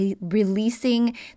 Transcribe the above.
releasing